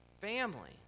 family